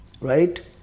Right